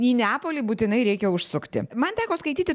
į neapolį būtinai reikia užsukti man teko skaityti